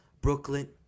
Brooklyn